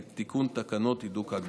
לתיקון תקנות הידוק ההגבלות.